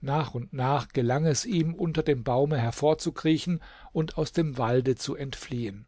nach und nach gelang es ihm unter dem baume hervorzukriechen und aus dem walde zu entfliehen